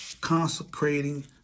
consecrating